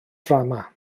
drama